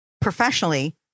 professionally